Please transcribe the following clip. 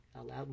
allow